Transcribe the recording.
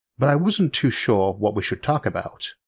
but i wasn't too sure what we should talk about.